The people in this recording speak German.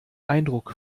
eindruck